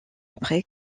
après